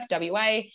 WA